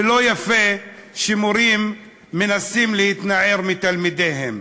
ולא יפה שמורים מנסים להתנער מתלמידיהם.